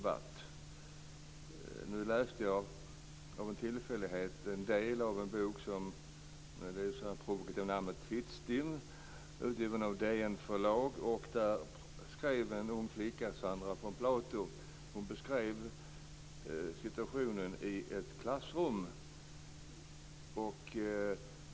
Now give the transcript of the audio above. Jag läste av en tillfällighet en del av en bok med det provokativa namnet Fittstim utgiven av Bokförlaget DN, och en ung flicka, Sandra von Plato, beskriver situationen i ett klassrum.